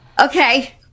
Okay